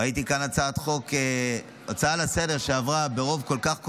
ראיתי כאן הצעת לסדר-היום שעברה ברוב כל כך,